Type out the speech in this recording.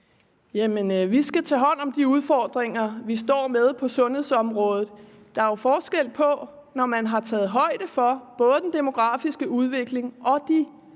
vi skal tage hånd om de udfordringer, vi står med på sundhedsområdet. Der er jo forskel på at tage højde for den demografiske udvikling og så